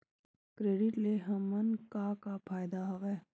Credit ले हमन का का फ़ायदा हवय?